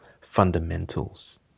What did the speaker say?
fundamentals